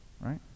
right